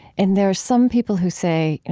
and there's some people who say, and